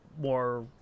more